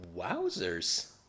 Wowzers